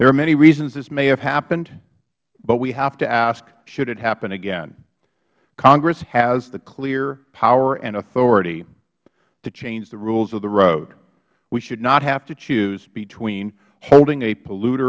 there are many reasons this may have happened but we have to ask should it happen again congress has the clear power and authority to change the rules of the road we should not have to choose between holding a pollute